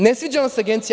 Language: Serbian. Ne sviđa vam se Agencija?